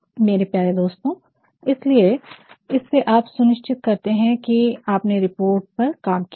मेरे प्यारे दोस्तों इसीलिए इससे आप सुनिश्चित करते हैं कि आपने रिपोर्ट पर काम किया है